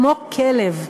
כמו כלב,